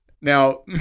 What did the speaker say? Now